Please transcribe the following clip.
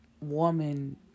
woman